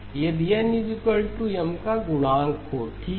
यदि n M का गुणांक हो ठीक है